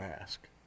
ask